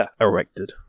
erected